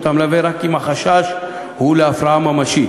המלווה רק אם החשש הוא להפרעה ממשית.